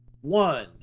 One